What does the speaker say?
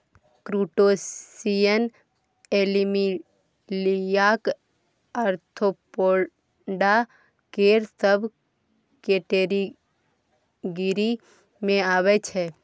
crustacean एनीमिलियाक arthropoda केर sub category मे अबै छै